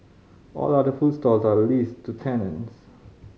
all other food stalls are leased to tenants